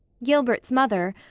gilbert's mother,